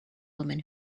women